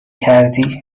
کردی